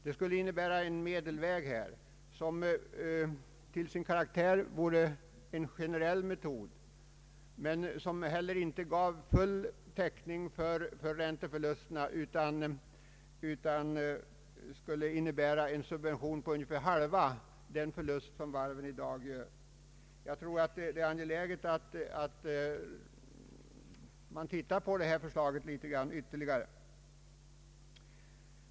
Det skulle innebära en medelväg, som till sin karaktär vore en generell metod men som inte heller den gav full täckning för ränteförlusterna utan endast skulle vara en subvention av ungefär hälften av den förlust varven i dag får vidkännas. Det är angeläget att man studerar detta förslag ytterligare.